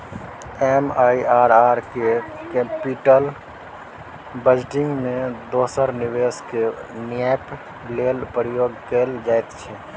MIRR केँ capital budgeting मे दोसर निबेश केँ नापय लेल प्रयोग कएल जाइत छै